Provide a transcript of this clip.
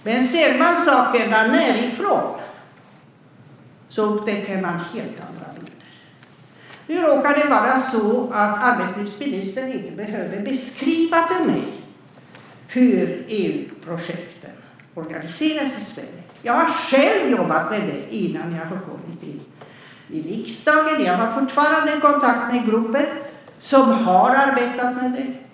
Men ser man sakerna nedifrån upptäcker man helt andra bilder. Nu råkar det vara så att arbetslivsministern inte behöver beskriva för mig hur EU-projekten organiseras i Sverige. Jag har själv jobbat med detta, innan jag kom in i riksdagen, och jag har fortfarande kontakt med grupper som har arbetat med det.